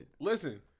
Listen